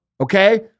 Okay